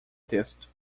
texto